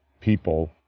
people